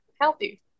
healthy